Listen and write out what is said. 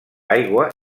aigua